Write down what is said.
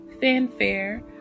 fanfare